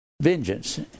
Vengeance